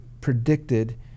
predicted